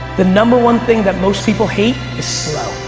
the number one thing that most people hate, is